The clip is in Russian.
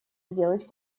сделать